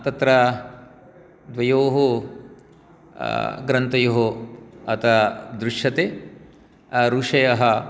तत्र द्वयोः ग्रन्थयोः अतः दृश्यते ऋषयः